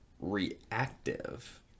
reactive